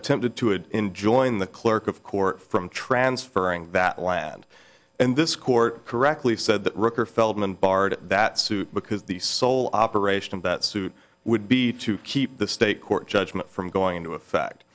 attempted to and enjoin the clerk of court from transferring that land and this court correctly said that rocker feldman barred that suit because the sole operation of that suit would be to keep the state court judgement from going into effect